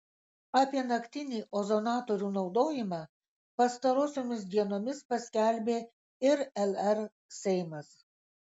apie naktinį ozonatorių naudojimą pastarosiomis dienomis paskelbė ir lr seimas